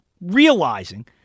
realizing